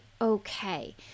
okay